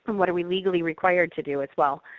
what are we legally required to do as well.